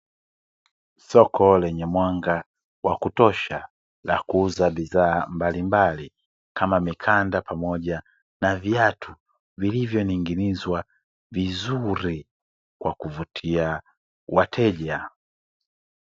Soko lenye mwanga wa kutosha na kuuza bidhaa mbalimbali kama mikanda pamoja na viatu vilivyoning'inizwa vizuri kwa kuvutia wateja.